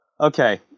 Okay